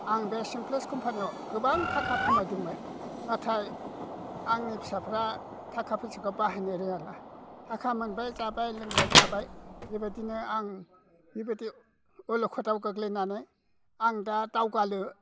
आं बे सिम्प्लेक्स कम्फानियाव गोबां थाखा खामायदोंमोन नाथाय आंनि फिसाफ्रा थाखा फैसाखौ बाहायनो रोङाना थाखा मोनबाय जाबाय लोंबाय थाबाय बेबायदिनो आं बेबायदि अलखदाव गोग्लैनानै आं दा दावगालु